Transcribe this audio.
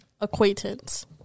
acquaintance